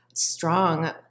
strong